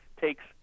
takes